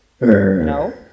No